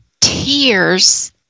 tears